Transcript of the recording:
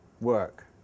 work